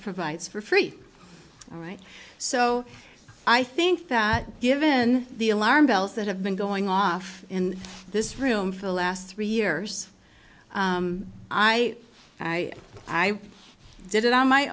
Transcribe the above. provides for free right so i think that given the alarm bells that have been going off in this room for the last three years i i i did it on my